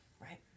Right